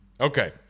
Okay